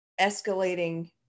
escalating